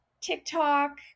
TikTok